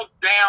down